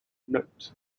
note